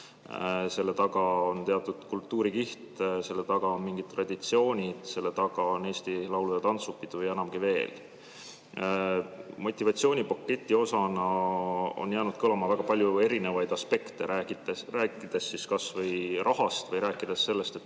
Selle taga on teatud kultuurikiht, selle taga on mingid traditsioonid, selle taga on Eesti laulu‑ ja tantsupidu või enamgi veel. Motivatsioonipaketi osana on jäänud kõlama väga palju erinevaid aspekte, rääkides kas või rahast või sellest, et